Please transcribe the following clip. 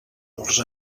molts